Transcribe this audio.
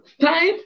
time